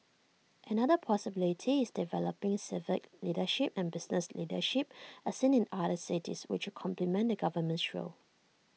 another possibility is developing civic leadership and business leadership as seen in other cities which could complement the government's role